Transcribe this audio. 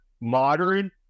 modern